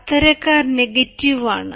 അത്തരക്കാർ negative ആണ്